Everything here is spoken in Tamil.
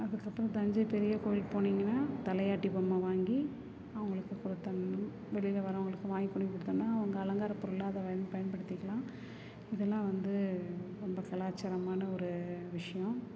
அதுக்கப்புறம் தஞ்சை பெரியகோவில் போனிங்கன்னா தலையாட்டி பொம்மை வாங்கி அவங்களுக்கு கொடுத்தர்ணும் வெளியில வர்றவங்களுக்கு வாங்கி கொண்டு கொடுத்தம்னா அவங்க அலங்கார பொருளாக அதை வாங்கி பயன்படுத்திக்கலாம் இதெல்லாம் வந்து ரொம்ப கலாச்சாரமான ஒரு விஷயோம்